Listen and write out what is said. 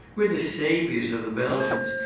we're the saviors of the belgians,